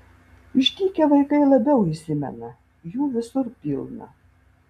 išdykę vaikai labiau įsimena jų visur pilna